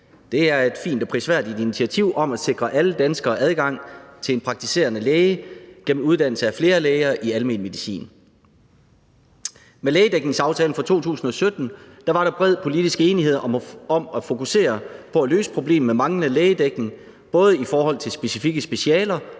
Det er et fint og prisværdigt initiativ om at sikre alle danskere adgang til en praktiserende læge gennem uddannelse af flere læger i almen medicin. Med lægedækningsaftalen fra 2017 var der bred politisk enighed om at fokusere på at løse problemet med manglende lægedækning, både i forhold til specifikke specialer